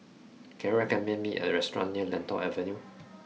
can you recommend me a restaurant near Lentor Avenue